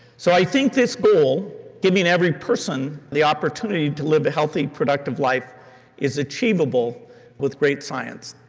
so i think this goal giving every person the opportunity to live a healthy, productive life is achievable with great science.